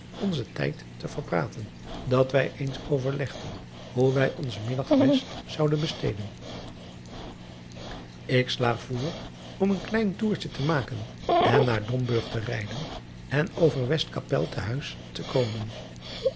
onzen tijd te verpraten dat wij eens overlegden hoe wij onzen middag best zouden besteden ik sla voor om een klein tourtje te maken en naar omburg te rijden en over estkappel te huis te komen